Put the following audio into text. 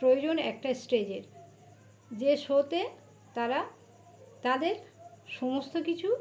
প্রয়োজন একটা স্টেজের যে শোতে তারা তাদের সমস্ত কিছু